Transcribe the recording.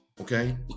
okay